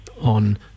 on